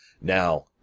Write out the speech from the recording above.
Now